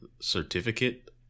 certificate